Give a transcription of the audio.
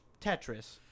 Tetris